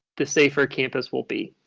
the safer campus will be?